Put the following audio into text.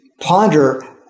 ponder